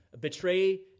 betray